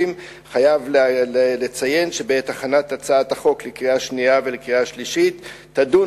אני חייב לציין שבעת הכנת הצעת החוק לקריאה שנייה ולקריאה שלישית תדון